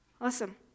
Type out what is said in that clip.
Awesome